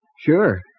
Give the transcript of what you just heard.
Sure